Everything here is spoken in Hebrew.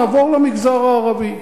נעבור למגזר הערבי.